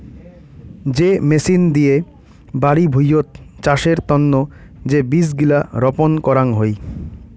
যে মেচিন দিয়ে বাড়ি ভুঁইয়ত চাষের তন্ন যে বীজ গিলা রপন করাং হই